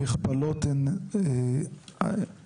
המכפלות הן מטורפות.